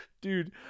dude